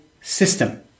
system